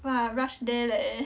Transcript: !wah! rush there leh